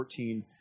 14